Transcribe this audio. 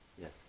Yes